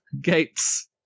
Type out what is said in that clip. gates